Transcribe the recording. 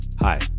Hi